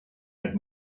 had